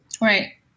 Right